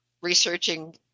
researching